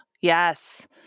Yes